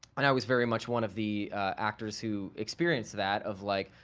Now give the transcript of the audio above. and i was very much one of the actors who experienced that of like,